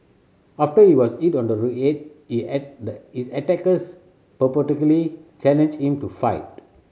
after he was hit on the head his attackers purportedly challenged him to fight